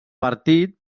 partit